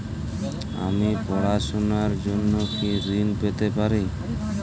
আমি পড়াশুনার জন্য কি ঋন পেতে পারি?